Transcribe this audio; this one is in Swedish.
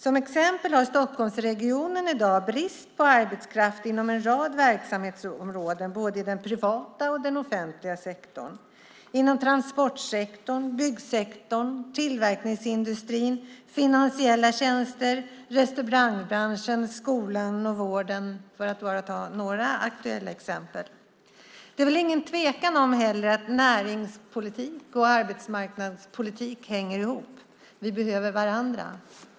Som ett exempel kan nämnas att Stockholmsregionen i dag har brist på arbetskraft inom en rad verksamhetsområden, både inom den privata sektorn och inom den offentliga sektorn. Det gäller då transportsektorn, byggsektorn, tillverkningsindustrin, finansiella tjänster, restaurangbranschen, skolan och vården för att ta bara några aktuella exempel. Inte heller råder det väl någon tvekan om att näringspolitik och arbetsmarknadspolitik hänger ihop. Vi behöver varandra.